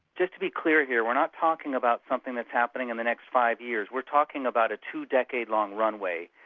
just to be clear here, we're not talking about something that's happening in the next five years, we're talking about a two-decade long runway.